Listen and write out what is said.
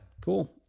Cool